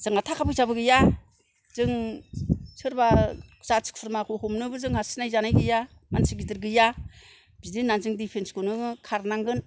जोंहा थाखा फैसाबो गैया जों सोरबा जाथि खुरमाखौ हमनोबो जोंहा सिनायजानाय गैया मानसि गिदिर गैया बिदि होननानै जों दिफेन्सखौनो खारनांगोन